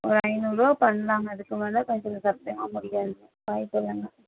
ஒரு ஐந்நூறுவா பண்ணலாங்க அதுக்கு மேலே பாத்துக்கங்க சத்தியமாக முடியாது வாய்ப்பு இல்லைங்க